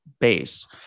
base